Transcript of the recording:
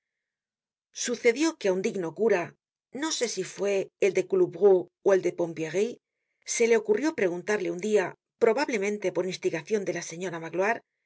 sucedió que á un digno cura no sé si fue el de couloubroux ó el de pompierry se le ocurrió preguntarle un dia probablemente por instigacion de la señora magloire